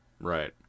Right